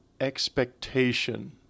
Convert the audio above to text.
expectation